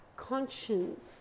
conscience